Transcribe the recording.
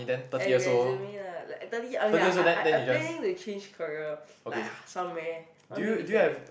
and resume lah I I I planning to change career like somewhere I wanna do different thing